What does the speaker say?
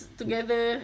together